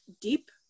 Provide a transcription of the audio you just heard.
deep